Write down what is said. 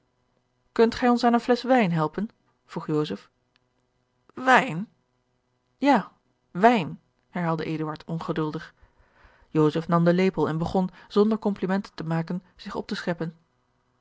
kunt gij ons aan eene flesch wijn helpen vroeg joseph wijn ja wijn herhaalde eduard ongeduldig joseph nam den lepel en begon zonder complimenten te maken zich op te scheppen